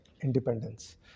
independence